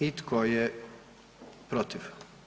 I tko je protiv?